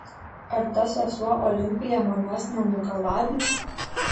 ar ta sesuo olimpija manęs nenugalabys